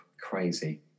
crazy